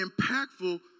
impactful